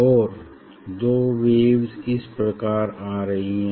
और यह दो वेव्स इस प्रकार आ रही हैं